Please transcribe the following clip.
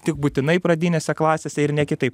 tik būtinai pradinėse klasėse ir ne kitaip